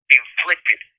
inflicted